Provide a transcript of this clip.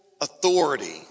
authority